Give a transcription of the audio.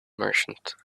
merchant